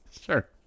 Sure